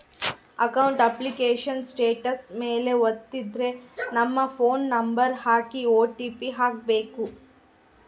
account application status ಮೇಲೆ ವತ್ತಿದ್ರೆ ನಮ್ ಫೋನ್ ನಂಬರ್ ಹಾಕಿ ಓ.ಟಿ.ಪಿ ಹಾಕ್ಬೆಕು